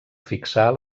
fixar